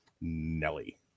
nelly